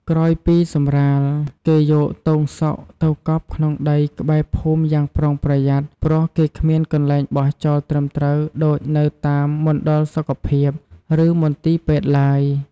ក្រោយពីសម្រាល គេយកទងសុកទៅកប់ក្នុងដីក្បែរភូមិយ៉ាងប្រុងប្រយ័ត្ន ព្រោះគេគ្មានកន្លែងបោះចោលត្រឹមត្រូវដូចនៅតាមមណ្ឌលសុខភាព ឬ មន្ទីរពេទ្យឡើយ។